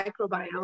microbiome